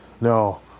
no